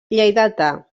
lleidatà